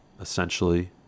essentially